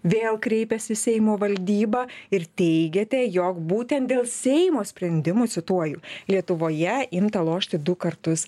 vėl kreipėsi seimo valdyba ir teigėte jog būtent dėl seimo sprendimų cituoju lietuvoje imta lošti du kartus